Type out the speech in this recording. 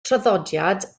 traddodiad